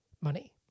Money